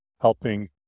helping